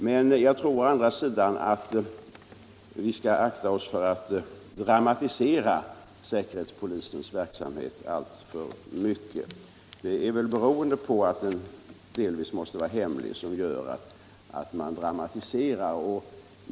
Men jag tror å andra sidan att vi skall akta oss för att dramatisera säkerhetspolisens verksamhet alltför mycket. Det är väl detta att verksamheten delvis måste vara hemlig som gör att man dramatiserar.